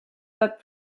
but